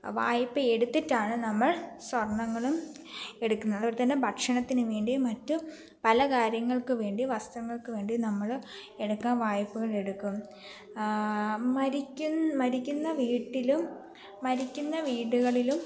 വായ്പ എടുത്തിട്ടാണ് നമ്മൾ സ്വർണങ്ങളും എടുക്കുന്നത് അതുപോലെതന്നെ ഭക്ഷണത്തിനുവേണ്ടിയും മറ്റും പലകാര്യങ്ങൾക്കുവേണ്ടിയും വസ്ത്രങ്ങൾക്കുവേണ്ടിയും നമ്മള് എടുക്കാന് വായ്പകൾ എടുക്കും മരിക്കും മരിക്കുന്ന വീട്ടിലും മരിക്കുന്ന വീടുകളിലും